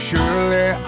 Surely